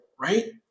right